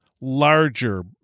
larger